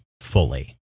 fully